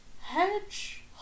hedge